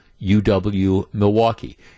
UW-Milwaukee